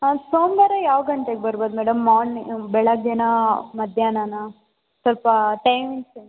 ಹಾಂ ಸೋಮವಾರ ಯಾವ ಗಂಟೆಗೆ ಬರ್ಬೋದು ಮ್ಯಾಡಮ್ ಮಾರ್ನಿ ಬೆಳಗ್ಗೆಯಾ ಮಧ್ಯಾಹ್ನನಾ ಸ್ವಲ್ಪ ಟೈಮಿಂಗ್ಸ್ ಹೇಳಿ